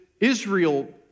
Israel